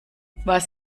was